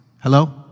Hello